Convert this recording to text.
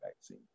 vaccine